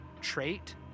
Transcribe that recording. trait